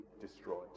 destroyed